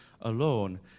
alone